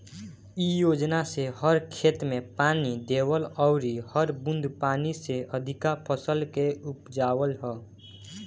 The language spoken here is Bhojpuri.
इ योजना से हर खेत में पानी देवल अउरी हर बूंद पानी से अधिका फसल के उपजावल ह